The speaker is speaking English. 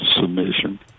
submission